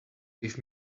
gave